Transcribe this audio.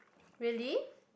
really